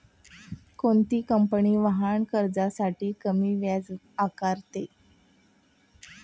कोणती कंपनी वाहन कर्जासाठी कमी व्याज आकारते?